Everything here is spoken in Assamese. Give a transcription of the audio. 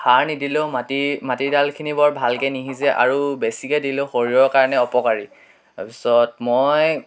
খাৰ নিদিলেওঁ মাটি মাটিদাইলখিনি বৰ ভালকৈ নিসিজে আৰু বেছিকৈ দিলেও শৰীৰৰ কাৰণে অপকাৰী তাৰপিছত মই